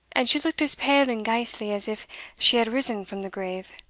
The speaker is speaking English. and she looked as pale and ghastly as if she had risen from the grave.